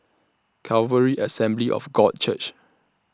Calvary Assembly of God Church